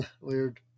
weird